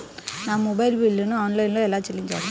నా మొబైల్ బిల్లును ఆన్లైన్లో ఎలా చెల్లించాలి?